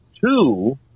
two